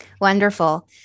Wonderful